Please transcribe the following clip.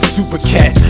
Supercat